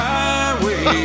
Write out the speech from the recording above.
Highway